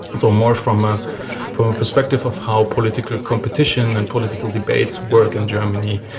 so more from ah from a perspective of how political competition and political debates work in germany,